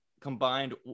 combined